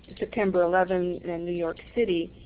september eleven in new york city.